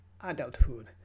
adulthood